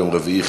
יום רביעי,